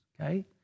Okay